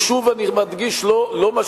הוא, שוב אני מדגיש, לא משפיע.